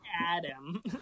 Adam